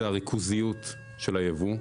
הריכוזיות של הייבוא.